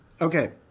Okay